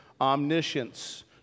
omniscience